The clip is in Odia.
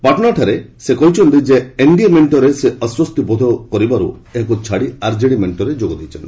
ପାଟନାଠାରେ ସେ କହିଛନ୍ତି ଯେ ଏନଡିଏ ମେଣ୍ଟରେ ସେ ଅଶ୍ୱସ୍ତି ବୋଧ କରିବାରୁ ଏହାକୁ ଛାଡି ଆରଜେଡି ମେଣ୍ଟରେ ଯୋଗଦେଇଛନ୍ତି